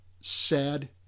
sad